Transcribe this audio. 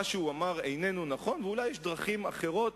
שהוא אמר איננו נכון ואולי יש דרכים אחרות,